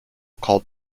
called